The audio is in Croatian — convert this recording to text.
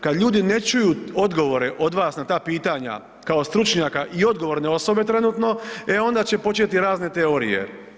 Kad ljudi ne čuju odgovore od vas na ta pitanja kao stručnjaka i odgovorne osobe trenutno, e onda će početi razne teorije.